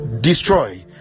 destroy